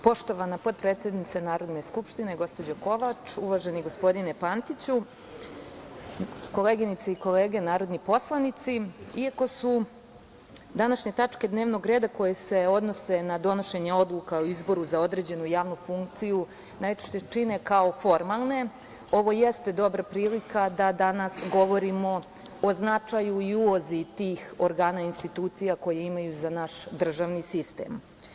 Poštovana potpredsednice Narodne skupštine, gospođo Kovač, uvaženi gospodine Pantiću, koleginice i kolege narodni poslanici, iako se današnje tačke dnevnog reda, koje se odnose na donošenje odluka o izboru za određenu javnu funkciju, najčešće čine kao formalne, ovo jeste dobra prilika da danas govorimo o značaju i ulozi tih organa, institucija koje imaju za naš državni sistem.